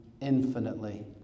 infinitely